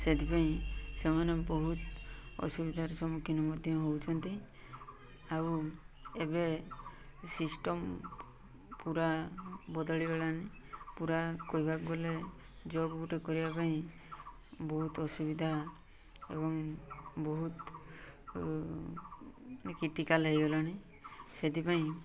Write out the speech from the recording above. ସେଥିପାଇଁ ସେମାନେ ବହୁତ ଅସୁବିଧାର ସମ୍ମୁଖୀନ ମଧ୍ୟ ହଉଛନ୍ତି ଆଉ ଏବେ ସିଷ୍ଟମ୍ ପୁରା ବଦଳିଗଲାଣି ପୁରା କହିବାକୁ ଗଲେ ଜବ୍ ଗୋଟେ କରିବା ପାଇଁ ବହୁତ ଅସୁବିଧା ଏବଂ ବହୁତ ଟୀକା ଲାଗିଗଲାଣି ସେଥିପାଇଁ